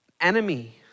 enemy